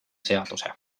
seaduse